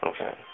Okay